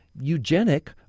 eugenic